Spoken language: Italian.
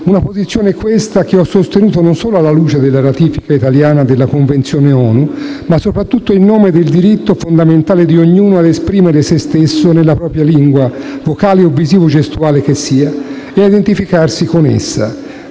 Una posizione, questa, che ho sostenuto non solo alla luce della ratifica italiana della Convenzione ONU, ma soprattutto in nome del diritto fondamentale di ognuno ad esprimere se stesso nella propria lingua - vocale o visivo-gestuale che sia - e a identificarsi con essa.